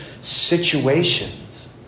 situations